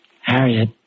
Harriet